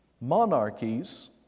monarchies